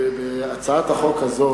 בהצעת החוק הזו,